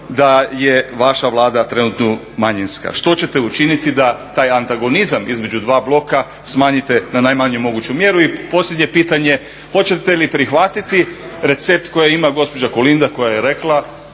da je vaša Vlada trenutno manjinska. Što ćete učiniti da taj antagonizam između dva bloka smanjite na najmanju moguću mjeru? I posljednje pitanje, hoćete li prihvatiti recept koji ima gospođa Kolinda koja je rekla